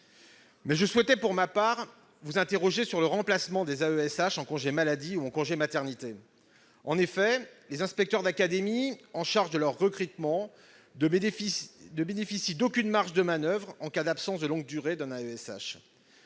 je souhaitais pour ma part vous interroger sur le remplacement des AESH en congé maladie ou en congé maternité. En effet, les inspecteurs d'académie chargés de leur recrutement ne bénéficient d'aucune marge de manoeuvre en cas d'absence de longue durée d'un AESH.